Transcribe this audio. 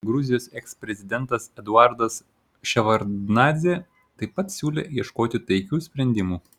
gruzijos eksprezidentas eduardas ševardnadzė taip pat siūlė ieškoti taikių sprendimų